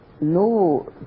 no